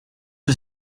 que